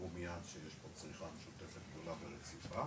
יראו מיד שיש פה צריכה משותפת גדולה ורציפה,